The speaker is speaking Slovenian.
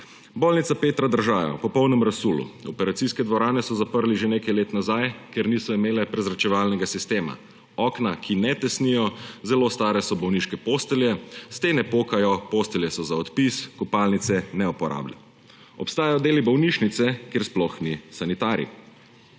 Bolnica Petra Držaja _– v popolnem razsulu, operacijske dvorane so zaprli že nekaj let nazaj, ker niso imele prezračevalnega sistema, okna, ki ne tesnijo, zelo stare so bolniške postelje, stene pokajo, postelje so za odpis, kopalnice neuporabne. Obstajajo deli bolnišnice, kjer sploh ni sanitarij.